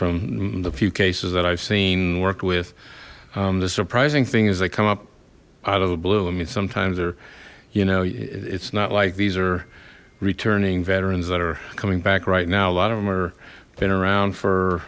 from the few cases that i've seen work with the surprising thing is they come up out of the blue i mean sometimes they're you know it's not like these are returning veterans that are coming back right now a lot of them are been around for